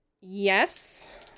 Yes